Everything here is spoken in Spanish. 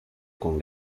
con